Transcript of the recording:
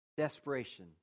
Desperation